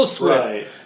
Right